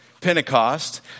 Pentecost